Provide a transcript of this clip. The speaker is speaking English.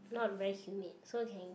not very humid so can